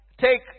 take